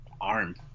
arm